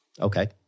okay